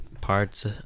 parts